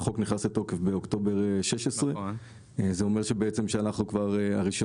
החוק נכנס לתוקף באוקטובר 2016. זה אומר שהרישיונות